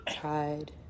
Tried